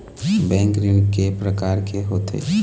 Bank ऋण के प्रकार के होथे?